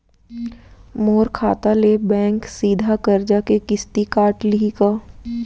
मोर खाता ले बैंक सीधा करजा के किस्ती काट लिही का?